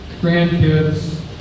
grandkids